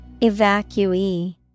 Evacuee